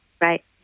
right